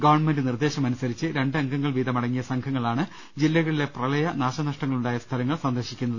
government നിർദ്ദേശം അനുസരിച്ച് രണ്ട് അംഗങ്ങൾവീതമടങ്ങിയ സംഘങ്ങളാണ് ജില്ലകളിലെ പ്രളയ നാശനഷ്ടങ്ങളുണ്ടായ സ്ഥലങ്ങൾ സന്ദർശിക്കുന്നത്